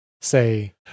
say